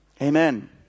Amen